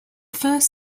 first